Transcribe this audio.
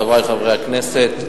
חברי חברי הכנסת,